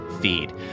feed